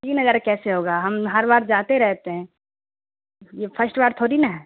تین ہزار کیسے ہوگا ہم ہر بار جاتے رہتے ہیں یہ فرسٹ بار تھوڑی نا ہے